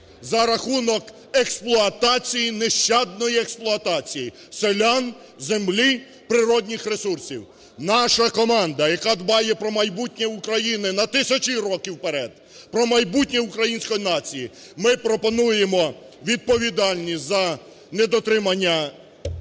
за рахунок експлуатації, нещадної експлуатації селян, землі, природніх ресурсів. Наша команда, яка дбає про майбутнє України на тисячі років вперед, про майбутнє української нації, ми пропонуємо відповідальність за недотримання